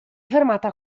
fermata